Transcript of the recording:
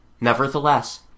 Nevertheless